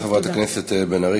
תודה, חברת הכנסת בן ארי.